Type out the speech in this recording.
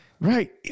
Right